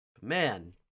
man